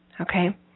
Okay